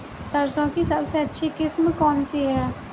सरसों की सबसे अच्छी किस्म कौन सी है?